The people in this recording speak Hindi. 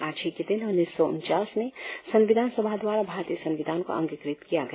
आज ही के दिन उन्नीस सौ उनचास में संविधान सभा द्वारा भारतीय संविधान को अंगीकृत किया गया